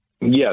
Yes